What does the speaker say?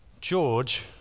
George